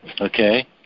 Okay